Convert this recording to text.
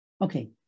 Okay